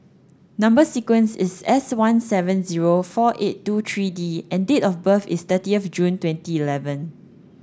number sequence is S one seven zero four eight two three D and date of birth is thirty of June twenty eleven